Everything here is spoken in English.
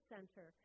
Center